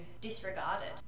disregarded